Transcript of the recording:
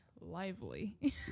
lively